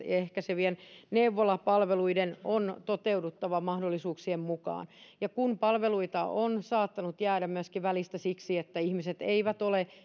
ehkäisevien neuvolapalvelujen on toteuduttava mahdollisuuksien mukaan ja kun palveluita on saattanut jäädä myöskin välistä siksi että ihmiset eivät ole